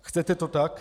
Chcete to tak?